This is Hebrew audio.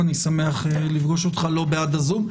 ואני שמח לפגוש אותך לא מבעד לזום.